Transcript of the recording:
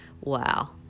Wow